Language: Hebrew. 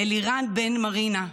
אלירן בן מרינה,